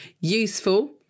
useful